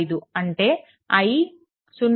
75 అంటే i 0